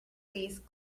please